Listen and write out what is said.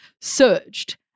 surged